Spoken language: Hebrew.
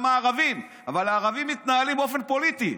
גם הערבים, אבל הערבים מתנהלים באופן פוליטי.